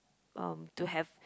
um to have